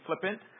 flippant